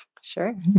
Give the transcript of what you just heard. Sure